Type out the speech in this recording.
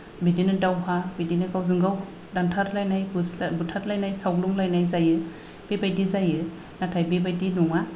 बिदिनो दावहा बिदिनो गावजों गाव दानथारलायनाय बुथारलायनाय सावग्लुंलायनाय जायो बेबायदि जायो नाथाय बेबायदि नङा